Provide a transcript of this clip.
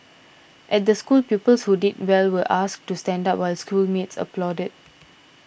at the school pupils who did well were asked to stand up while schoolmates applauded